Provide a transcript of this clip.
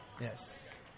Yes